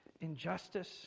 injustice